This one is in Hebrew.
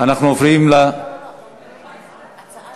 להצעה